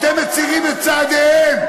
אתם מצרים את צעדיהן.